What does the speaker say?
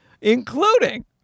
Including